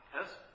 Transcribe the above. yes